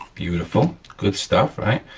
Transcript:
beautiful, good stuff, right?